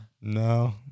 no